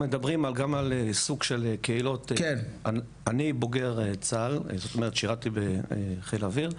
אני בוגר צה"ל שירתי בחיל האוויר.